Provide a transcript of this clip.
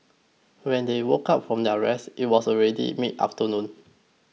when they woke up from their rest it was already mid afternoon